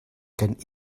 kan